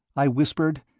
i whispered,